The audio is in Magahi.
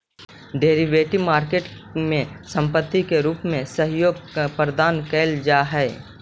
डेरिवेटिव मार्केट में संपत्ति के रूप में सहयोग प्रदान कैल जा हइ